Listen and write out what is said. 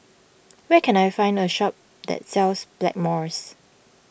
where can I find a shop that sells Blackmores